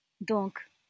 Donc